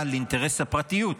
על אינטרס הפרטיות.